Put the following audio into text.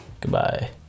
Goodbye